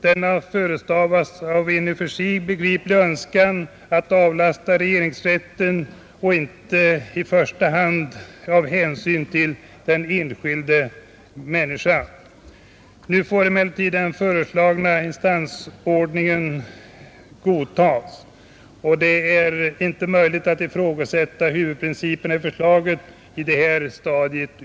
Den har förestavats av en i och för sig begriplig önskan att avlasta regeringsrätten, inte i första hand av hänsyn till de enskilda parterna. Nu får emellertid den föreslagna instansordningen godtas. Det är inte möjligt att ifrågasätta huvudprinciperna i förslaget på detta sena stadium.